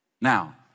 Now